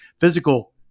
physical